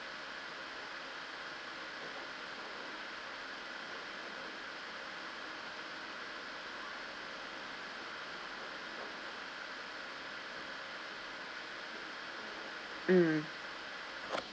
mm